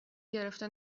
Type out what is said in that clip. گرفته